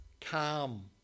calm